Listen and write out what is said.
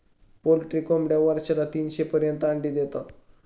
poultry कोंबड्या वर्षाला तीनशे पर्यंत अंडी देतात